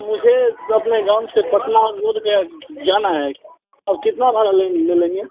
मुझे अपने गाँव से पटना बौध गया जाना है आप कितना भाड़ा ले लेंगे